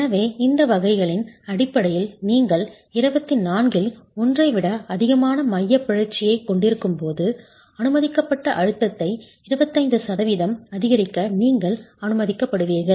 எனவே இந்த வகைகளின் அடிப்படையில் நீங்கள் 24 இல் 1 ஐ விட அதிகமான மையப் பிறழ்ச்சியை க் கொண்டிருக்கும் போது அனுமதிக்கப்பட்ட அழுத்தத்தை 25 சதவிகிதம் அதிகரிக்க நீங்கள் அனுமதிக்கப்படுவீர்கள்